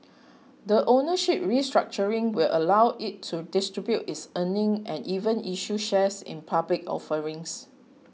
the ownership restructuring will allow it to distribute its earnings and even issue shares in public offerings